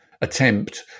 attempt